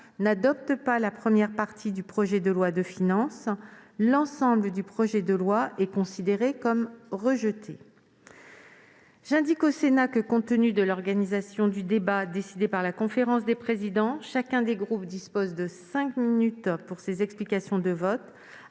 n'adopte pas la première partie du projet de loi de finances, l'ensemble du projet de loi est considéré comme rejeté. J'indique au Sénat que, compte tenu de l'organisation du débat décidée par la conférence des présidents, chacun des groupes dispose de cinq minutes pour ces explications de vote,